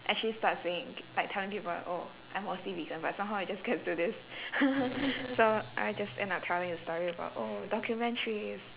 actually start saying like telling people oh I'm mostly vegan but somehow it just gets to this so I just end up telling the story about oh documentaries